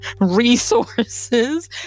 resources